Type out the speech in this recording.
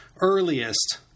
earliest